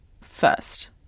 first